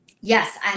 yes